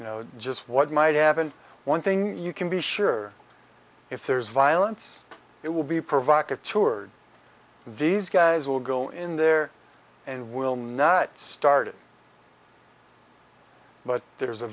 you know just what might have been one thing you can be sure if there's violence it will be provocative words these guys will go in there and will not start it but there's a